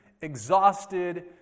exhausted